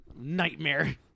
nightmare